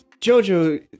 Jojo